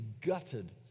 gutted